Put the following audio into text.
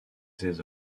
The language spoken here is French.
ses